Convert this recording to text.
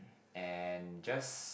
and just